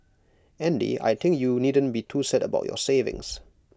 Andy I think you needn't be too sad about your savings